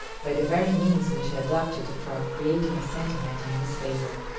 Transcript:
by the very means which he adopted for creating a sentiment in his favor.